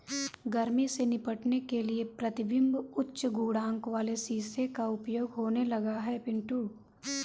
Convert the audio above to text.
गर्मी से निपटने के लिए प्रतिबिंब उच्च गुणांक वाले शीशे का प्रयोग होने लगा है पिंटू